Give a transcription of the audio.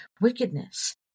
wickedness